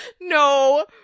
no